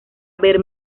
puerto